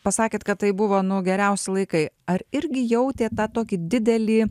pasakėt kad tai buvo nu geriausi laikai ar irgi jautė tą tokį didelį